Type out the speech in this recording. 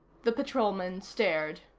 the patrolman stared.